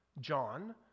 John